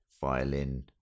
violin